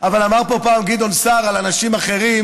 אבל אמר פה פעם גדעון סער על אנשים אחרים: